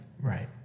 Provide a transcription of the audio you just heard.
Right